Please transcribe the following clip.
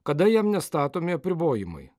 kada jam nestatomi apribojimai